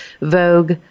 Vogue